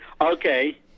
okay